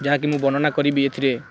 ଯାହାକି ମୁଁ ବର୍ଣ୍ଣନା କରିବି ଏଥିରେ